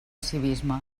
civisme